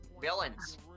villains